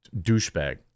douchebag